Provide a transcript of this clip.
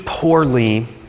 poorly